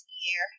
year